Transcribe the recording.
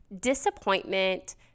disappointment